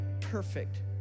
perfect